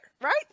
right